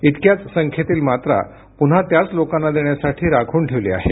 इतक्याच संख्येतील मात्रा पुन्हा त्याच लोकांना देण्यासाठी राखून ठेवली आहे